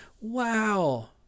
wow